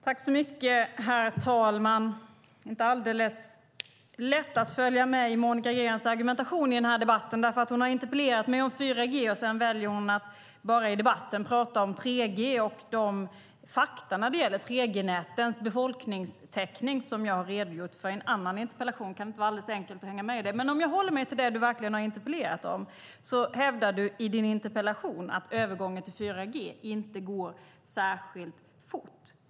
Herr talman! Det är inte alldeles lätt att följa med i Monica Greens argumentation i den här debatten. Hon har nämligen interpellerat mig om 4G, men sedan väljer hon att i debatten bara prata om 3G och de fakta när det gäller 3G-nätens befolkningstäckning jag har redogjort för i en annan interpellation. Det är inte alldeles enkelt att hänga med i det. Om jag dock håller mig till det du verkligen har interpellerat om kan jag konstatera att du i din interpellation hävdar att övergången till 4G inte går särskilt fort.